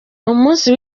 umunsi